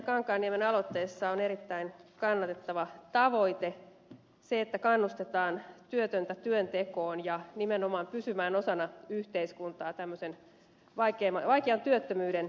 kankaanniemen aloitteessa on erittäin kannatettava tavoite että kannustetaan työtöntä työntekoon ja nimenomaan pysymään osana yhteiskuntaa tämmöisen vaikean työttömyyden aikana